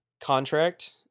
contract